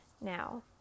now